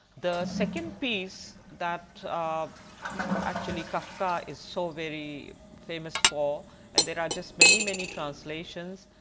the second piece that um actually kafka is so very famous for and there are just many many translations.